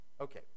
Okay